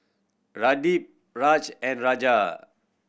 Pradip Raj and Raja